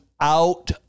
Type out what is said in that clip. out